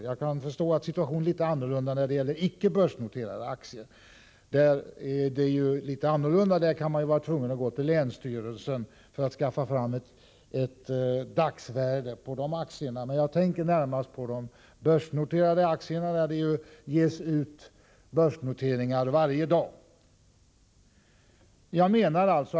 Jag kan förstå att situationen är litet annorlunda när det gäller icke börsnoterade aktier — då kan man vara tvungen att gå till länsstyrelsen för att skaffa fram ett dagsvärde på dessa aktier. Men jag tänker närmast på de börsnoterade aktierna, för vilka det varje dag ges ut börsnoteringar.